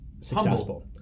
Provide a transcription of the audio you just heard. successful